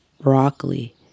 broccoli